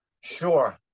Sure